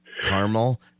Caramel